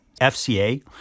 FCA